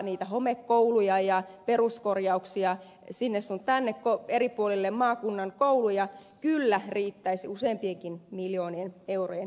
niitä homekoulujen peruskorjauksia sinne sun tänne eri puolille maakuntia kyllä riittäisi useimpienkin miljoonien eurojen edestä